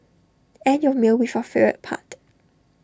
end your meal with your favourite part